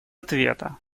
ответа